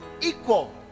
equal